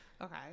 Okay